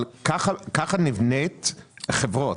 אבל ככה נבנית חברות,